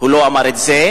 הוא לא אמר את זה.